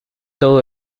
todo